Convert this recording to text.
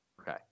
Okay